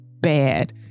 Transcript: bad